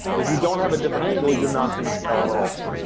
if you don't have a different angle, you're not going to sell at all.